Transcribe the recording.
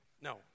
No